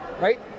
right